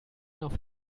auf